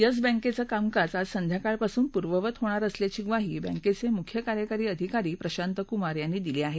yes बँकेचे कामकाज आज संध्याकाळपासून पूर्ववत होणार असल्याची ग्वाही बँकेचे मुख्य कार्यकारी अधिकारी प्रशांत कुमार यांनी दिली आहे